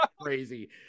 crazy